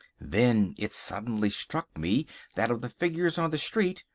then it suddenly struck me that of the figures on the street,